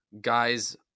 guys